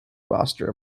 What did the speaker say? roster